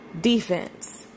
defense